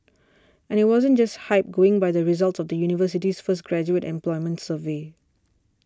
and it wasn't just hype going by the results of the university's first graduate employment survey